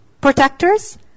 Protectors